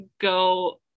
go